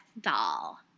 doll